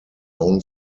own